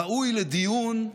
ראוי לדיון,